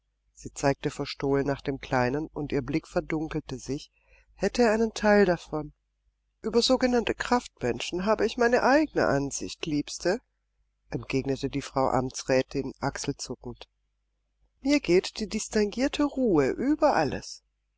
sie zeigte verstohlen nach dem kleinen und ihr blick verdunkelte sich hätte ein teil davon ueber sogenannte kraftmenschen habe ich meine eigene ansicht liebste entgegnete die frau amtsrätin achselzuckend mir geht die distinguierte ruhe über alles